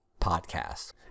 Podcast